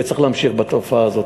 וצריך להמשיך להילחם בתופעה הזאת.